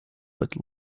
would